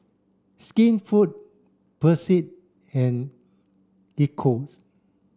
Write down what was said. Skinfood Persil and Eccos